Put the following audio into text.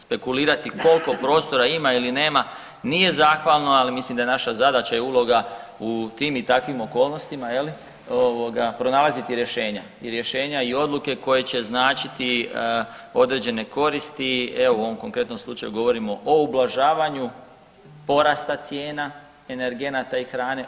Spekulirati koliko prostora ima ili nema nije zahvalno, ali mislim da je naša zadaća i uloga u tim i takvim okolnostima pronalaziti rješenja i rješenja i odluke koje će značiti određene koristi, evo u ovom konkretnom slučaju govorimo o ublažavanju porasta cijena energenata i hrane.